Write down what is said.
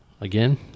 again